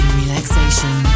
relaxation